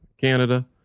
Canada